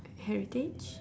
heritage